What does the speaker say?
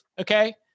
okay